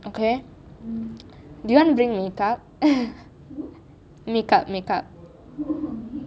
okay do you want bring makeup makeup makeup